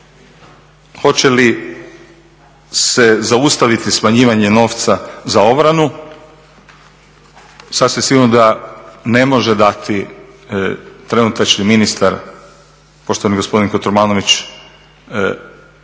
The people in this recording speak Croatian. hoće li se zaustaviti smanjivanje novca za obranu? Sasvim sigurno da ne može dati trenutačni ministar, poštovani gospodin Kotromanović